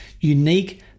unique